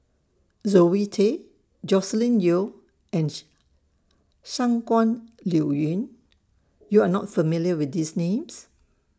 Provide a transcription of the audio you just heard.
Zoe Tay Joscelin Yeo and Shangguan Liuyun YOU Are not familiar with These Names